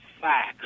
facts